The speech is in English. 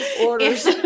Orders